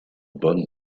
bonnes